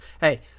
hey